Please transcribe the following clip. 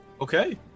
Okay